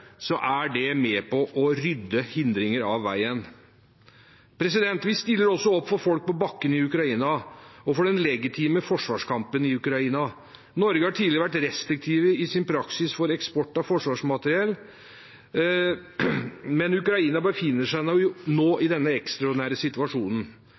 er det med på å rydde hindringer av veien. Vi stiller også opp for folk på bakken i Ukraina og for den legitime forsvarskampen i Ukraina. Norge har tidligere vært restriktiv i sin praksis for eksport av forsvarsmateriell, men Ukraina befinner seg nå